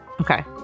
okay